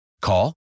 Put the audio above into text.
Call